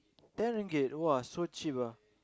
ten ringgit !wah! so cheap ah